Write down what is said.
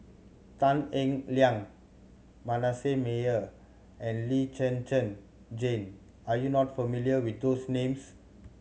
Tan Eng Liang Manasseh Meyer and Lee Zhen Zhen Jane are you not familiar with those names